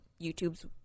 youtube's